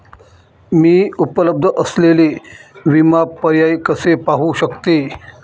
मी उपलब्ध असलेले विमा पर्याय कसे पाहू शकते?